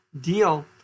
deal